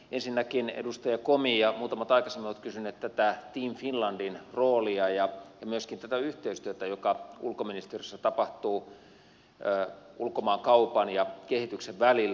ensinnäkin edustaja komi ja muutamat aikaisemmat ovat kysyneet tästä team finlandin roolista ja myöskin tästä yhteistyöstä joka ulkoministeriössä tapahtuu ulkomaankaupan ja kehityksen välillä